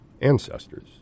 ancestors